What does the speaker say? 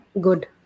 good